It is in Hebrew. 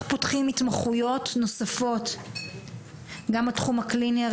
פותחים התמחויות נוספות גם בתחום הקליני,